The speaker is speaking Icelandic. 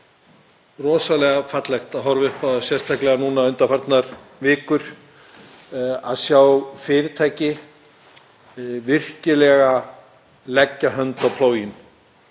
rosalega fallegt að horfa upp á það, sérstaklega núna undanfarnar vikur, að fyrirtæki virkilega leggja hönd á plóginn